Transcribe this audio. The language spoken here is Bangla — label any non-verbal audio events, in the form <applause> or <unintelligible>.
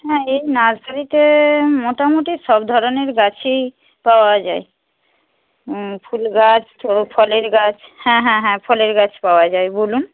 হ্যাঁ এই নার্সারিতে মোটামুটি সব ধরনের গাছই পাওয়া যায় ফুলগাছ <unintelligible> ফলের গাছ হ্যাঁ হ্যাঁ হ্যাঁ ফলের গাছ পাওয়া যায় বলুন